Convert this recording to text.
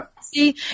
See